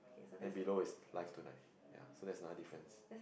then below is live tonight ya so that's another difference